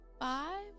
five